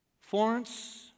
Florence